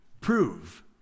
prove